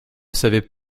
savaient